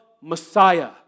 Messiah